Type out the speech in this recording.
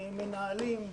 מנהלים,